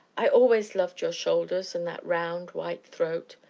i always loved your shoulders and that round, white throat.